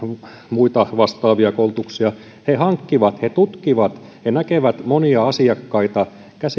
muita vastaavia koulutuksia he hankkivat niitä ja he tutkivat ja näkevät monia asiakkaita ja